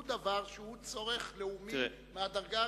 הוא דבר שהוא צורך לאומי ממדרגה ראשונה.